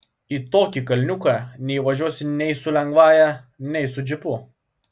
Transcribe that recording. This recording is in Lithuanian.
į tokį kalniuką neįvažiuosi nei su lengvąja nei su džipu